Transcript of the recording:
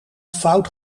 fout